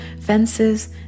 fences